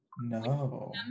No